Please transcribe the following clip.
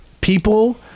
people